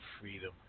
freedom